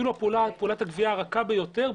אפילו פעולת הגבייה הרכה ביותר,